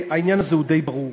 והעניין הזה הוא די ברור,